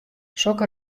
sokke